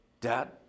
Dad